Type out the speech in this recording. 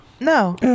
No